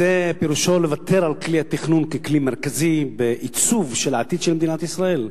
פירושו לוותר על כלי התכנון ככלי מרכזי בעיצוב של העתיד של מדינת ישראל.